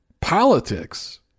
politics